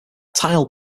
tile